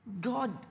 God